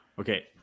Okay